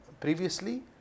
previously